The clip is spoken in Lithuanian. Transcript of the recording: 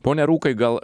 pone rūkai gal